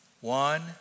One